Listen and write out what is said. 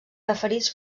referits